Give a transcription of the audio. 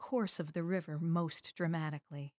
course of the river most dramatically